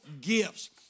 gifts